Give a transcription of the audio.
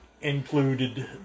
included